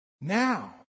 Now